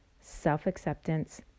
self-acceptance